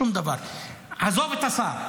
שום דבר, עזוב את השר.